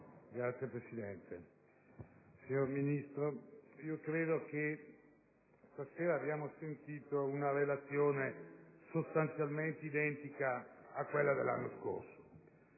Signora Presidente, signor Ministro, credo che stasera abbiamo sentito una Relazione sostanzialmente identica a quella dell'anno scorso.